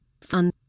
fun